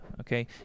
okay